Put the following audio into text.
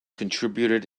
contributed